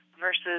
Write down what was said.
versus